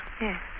Yes